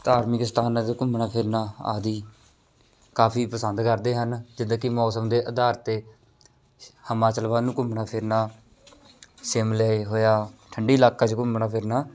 ਧਾਰਮਿਕ ਸਥਾਨਾਂ 'ਤੇ ਘੁੰਮਣਾ ਫਿਰਨਾ ਆਦਿ ਕਾਫੀ ਪਸੰਦ ਕਰਦੇ ਹਨ ਜਿੱਦਾਂ ਕਿ ਮੌਸਮ ਦੇ ਅਧਾਰ 'ਤੇ ਹਿਮਾਚਲ ਵੱਲ ਨੂੰ ਘੁੰਮਣਾ ਫਿਰਨਾ ਸ਼ਿਮਲੇ ਹੋਇਆ ਠੰਡੀ ਇਲਾਕਾ 'ਚ ਘੁੰਮਣਾ ਫਿਰਨਾ